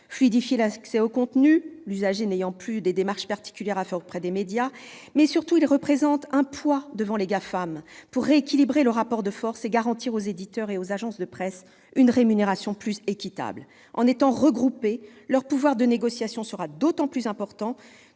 fluidifie l'accès aux contenus, l'usager n'ayant plus de démarches particulières à entreprendre auprès des médias. Surtout, elle représente un poids devant les GAFAM, de nature à rééquilibrer le rapport de force et à garantir aux éditeurs et agences de presse une rémunération plus équitable. Si ceux-ci se regroupent, leur pouvoir de négociation sera plus important